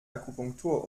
akupunktur